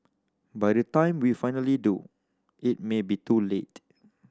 by the time we finally do it may be too late